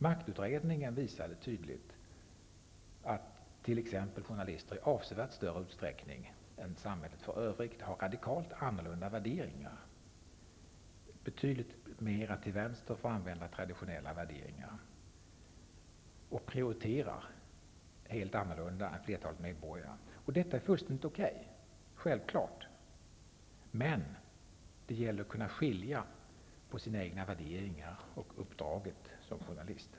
Maktutredningen visade tydligt att t.ex. journalister i avsevärt större utsträckning än samhället i övrigt har radikalt andra värderingar -- betydligt mer till vänster, för att använda en traditionell värdering. De prioriterar också annorlunda än flertalet medborgare. Detta är naturligtvis fullständigt okej. Men det gäller att kunna skilja på sina egna värderingar och uppdraget som journalist.